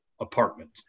apartment